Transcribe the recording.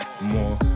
more